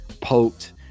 poked